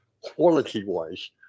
quality-wise